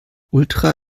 ultra